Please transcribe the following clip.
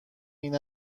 این